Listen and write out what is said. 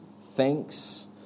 thanks